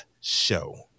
show